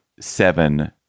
seven